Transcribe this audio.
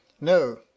No